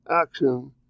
action